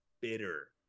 bitter –